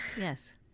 yes